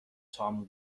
تام